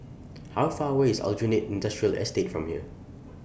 How Far away IS Aljunied Industrial Estate from here